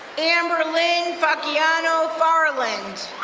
amber lynn faciano farland.